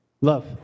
love